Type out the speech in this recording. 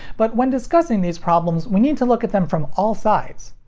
but when discussing these problems, we need to look at them from all sides.